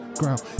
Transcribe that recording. ground